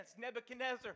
Nebuchadnezzar